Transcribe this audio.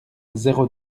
zéro